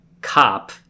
cop